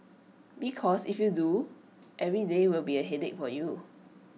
because if you do every day will be A headache for you